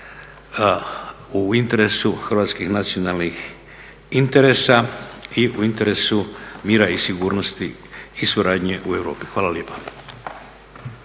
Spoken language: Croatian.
u interesu hrvatskih nacionalnih interesa i u interesu mira i sigurnosti i suradnje u Europi. Hvala lijepa.